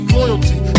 loyalty